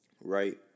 Right